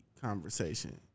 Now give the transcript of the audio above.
conversation